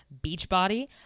Beachbody